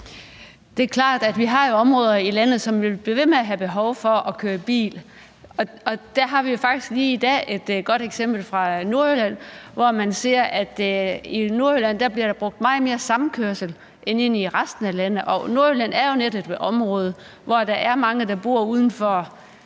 Det er klart, at vi jo har områder i landet, hvor man vil blive ved med at have behov for at køre i bil, og der har vi jo faktisk lige i dag et godt eksempel fra Nordjylland, hvor man bruger meget mere samkørsel end i resten af landet. Nordjylland er jo netop et område, hvor der er mange, der bor uden for